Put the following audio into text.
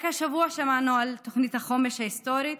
רק השבוע שמענו על תוכנית החומש ההיסטורית